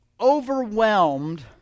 overwhelmed